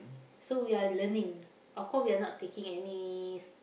so we are learning of course we are not taking any s~